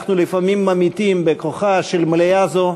שאנחנו לפעמים ממעיטים בכוחה של מליאה זו,